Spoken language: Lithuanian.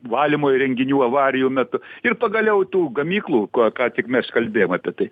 valymo įrenginių avarijų metu ir pagaliau tų gamyklų ko ką tik mes kalbėjom apie tai